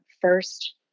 first